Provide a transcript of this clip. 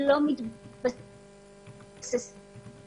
שלא מתבססים